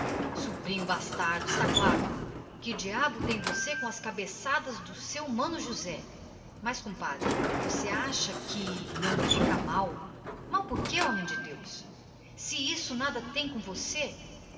sobrinho bastardo está claro que diabo tem você com as cabeçadas de seu mano josé homessa mas compadre você acha que não me fica mal mal por quê homem de deus isso nada tem que ver com você